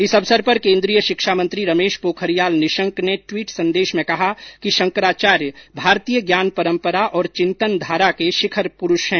इस अवसर पर केन्द्रीय शिक्षामंत्री रमेश पोखरियाल निशंक ने ट्वीट संदेश में कहा कि शंकराचार्य भारतीय ज्ञान परम्परा और चिंतन धारा के शिखर प्रुष हैं